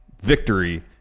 Victory